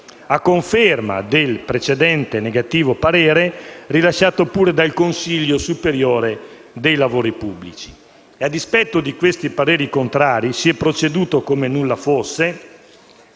a conferma del precedente negativo parere rilasciato dal Consiglio superiore dei lavori pubblici. A dispetto di questi pareri contrari, si è proceduto come nulla fosse,